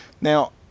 Now